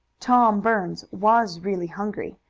tom burns was really hungry,